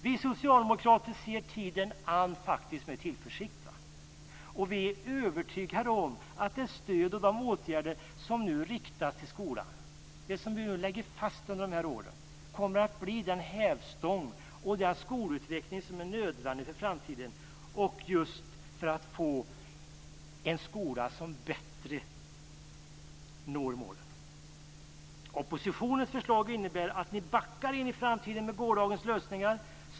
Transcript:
Vi socialdemokrater ser tiden an med tillförsikt. Vi är övertygade om att de stöd och de åtgärder som nu riktas till skolan - det som vi nu lägger fast under dessa år - kommer att bli den hävstång och den skolutveckling som är nödvändig för framtiden för att få en skola som bättre når målen. Oppositionens förslag innebär att ni backar in i framtiden med gårdagens lösningar.